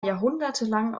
jahrhundertelang